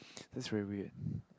that's very weird